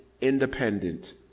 independent